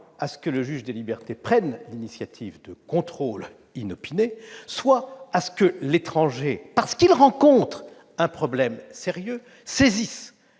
soit que le juge des libertés prenne l'initiative de contrôles inopinés, soit que l'étranger, parce qu'il rencontre un problème sérieux, saisisse